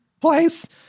place